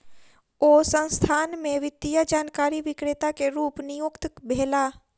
ओ संस्थान में वित्तीय जानकारी विक्रेता के रूप नियुक्त भेला